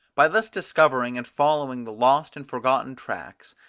by thus discovering and following the lost and forgotten tracks,